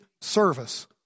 service